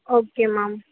okay ma'am